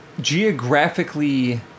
geographically